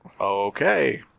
Okay